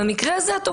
במקרה הזה את אומרת,